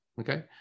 Okay